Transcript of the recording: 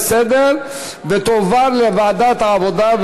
להצעה לסדר-היום ולהעביר את הנושא לוועדת העבודה,